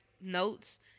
notes